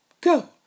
Go